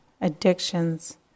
addictions